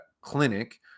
clinic